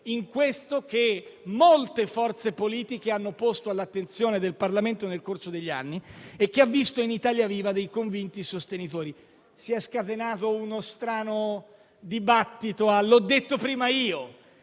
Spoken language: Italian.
a questo tema, che molte forze politiche hanno posto all'attenzione del Parlamento nel corso degli anni e che ha visto in noi di Italia Viva dei convinti sostenitori. Si è scatenato uno strano dibattito, nell'affermare